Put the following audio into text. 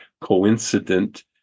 coincident